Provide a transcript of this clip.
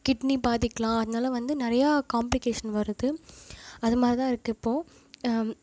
kidney பாதிக்கலாம் அதனால் வந்து நிறைய காம்ப்ளிகேஷன் வருது அது மாதிரிதான் இருக்குது இப்போது